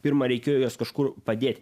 pirmą reikėjo juos kažkur padėt